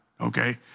okay